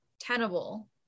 tenable